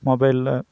மொபைலில்